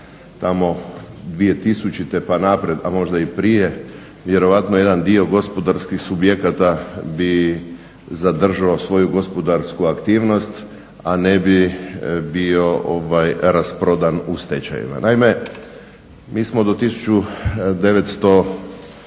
tamo 2000.pa naprijed a možda i prije vjerojatno jedan dio gospodarskih subjekata bi zadržao svoju gospodarsku aktivnost a ne bi bio rasprodan u stečajevima. Naime, mi smo do